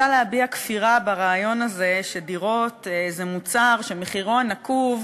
רוצה להביע כפירה ברעיון הזה שדירות זה מוצר שמחירו נקוב,